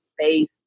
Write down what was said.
space